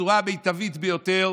(חברי הכנסת מכבדים בקימה את זכרו של המנוח.)